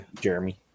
Jeremy